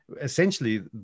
essentially